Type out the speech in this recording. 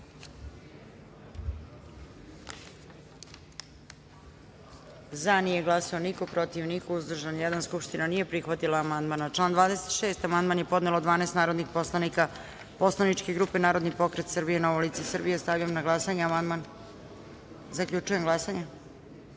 – nije glasao niko, protiv – niko, uzdržan – jedan. Skupština nije prihvatila amandman. Na član 65. amandman je podnelo 12 narodnih poslanika poslaničke grupe Narodni pokret Srbije – Novo lice Srbije. Stavljam na glasanje amandman. Zaključujem glasanje: